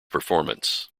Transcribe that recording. performance